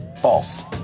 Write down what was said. False